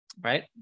Right